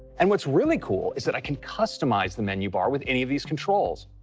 and what's really cool is that i can customize the menu bar with any of these controls.